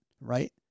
right